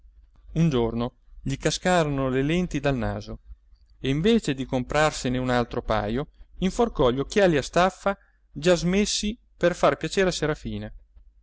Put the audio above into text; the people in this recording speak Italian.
un giorno gli cascarono le lenti dal naso e invece di comperarsene un altro paio inforcò gli occhiali a staffa già smessi per far piacere a serafina